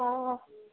हाँ